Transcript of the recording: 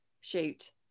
shoot